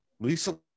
Lisa